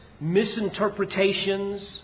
misinterpretations